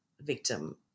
victim